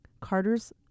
Carter's